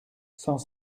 cent